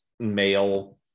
male